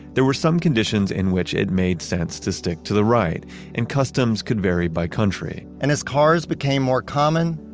there were some conditions in which it made sense to stick to the right and customs could vary by country. and as cars became more common,